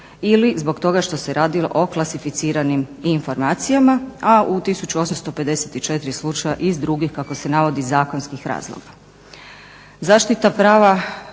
ili zbog toga što se radilo o klasificiranim informacijama, a 1854 slučaja iz drugih kako se navodi zakonskih razloga.